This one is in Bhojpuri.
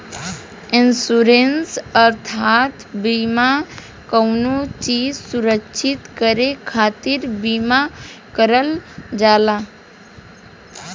इन्शुरन्स अर्थात बीमा कउनो चीज सुरक्षित करे खातिर बीमा करल जाला